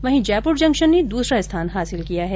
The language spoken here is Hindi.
वहीं जयपुर जंक्शन ने दूसरा स्थान हासिल किया है